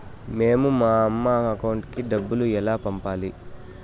మేము మా అమ్మ అకౌంట్ కి డబ్బులు ఎలా పంపాలి